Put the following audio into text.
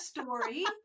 story